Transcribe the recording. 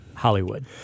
Hollywood